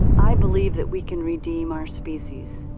i believe that we can redeem our species.